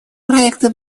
проекты